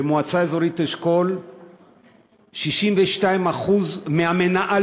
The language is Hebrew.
במועצה אזורית אשכול 62% מהמנהלות